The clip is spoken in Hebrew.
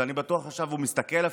ואני בטוח שעכשיו הוא אפילו מסתכל,